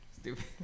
stupid